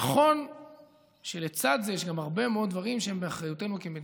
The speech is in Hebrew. נכון שלצד זה יש גם הרבה מאוד דברים שהם באחריותנו כמדינה: